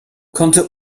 konnte